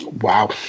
Wow